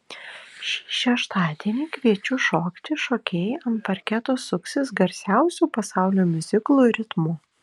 šį šeštadienį kviečiu šokti šokėjai ant parketo suksis garsiausių pasaulio miuziklų ritmu